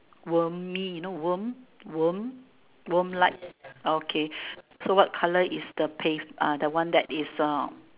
wormy you know worm worm worm like okay so what colour is the pave uh the one that is um